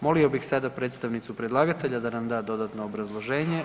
Molio bih sada predstavnicu predlagatelja da nam da dodatno obrazloženje.